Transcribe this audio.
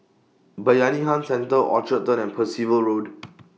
Bayanihan Centre Orchard Turn and Percival Road